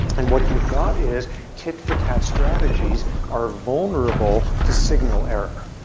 and what you've got is tit for tat strategies are vulnerable to signal error.